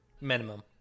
minimum